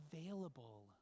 available